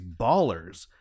Ballers